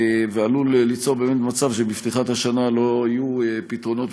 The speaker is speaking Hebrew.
ועלול להיווצר מצב שבפתיחת השנה לא יהיו פתרונות,